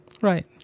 Right